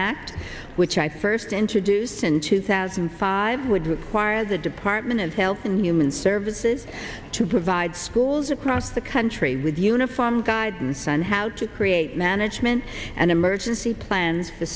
act which i first introduced in two thousand and five would require the department of health and human services to provide schools across the country with uniform guidance on how to create management and emergency plan the